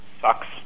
sucks